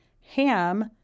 Ham